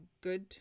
good